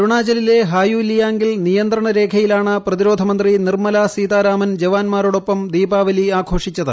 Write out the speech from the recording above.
അരുണാചലിലെ ഹായുലിയാംഗിൽ നിയന്ത്രണ രേഖയിലാണ് പ്രതിരോധമന്ത്രി നിർമ്മലാ സീതാരാമൻ ജവാന്മാരോടൊപ്പം ദീപാവലി ആഘോഷിച്ചത്